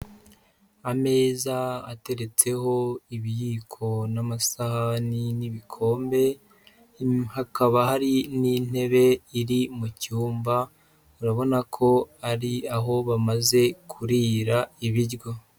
Ameza ateretseho ibiyiko n'amasahani n'ibikombe, hakaba hari n'intebe iri mu cyumba, urabona ko ari aho bamaze kurira ibiryo.